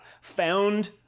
found